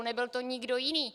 Nebyl to nikdo jiný.